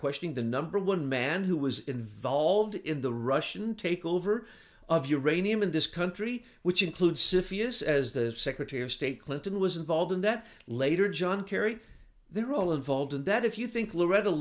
questioning the number one man who was involved in the russian takeover of uranium in this country which includes if he is as the secretary of state clinton was involved in that later john kerry they're all involved in that if you think loretta